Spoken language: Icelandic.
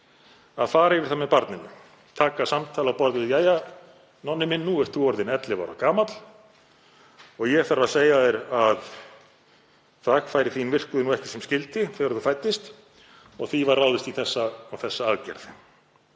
að fara yfir það með barninu. Taka samtal á borð við: Jæja, Nonni minn, nú ert þú orðinn 11 ára gamall og ég þarf að segja þér að þvagfæri þín virkuðu ekki sem skyldi þegar þú fæddist og því var ráðist í þessa aðgerð.